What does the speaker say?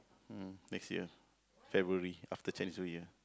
mm next year February after Chinese-New-Year